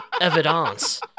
evidence